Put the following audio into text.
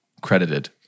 credited